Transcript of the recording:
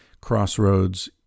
Crossroads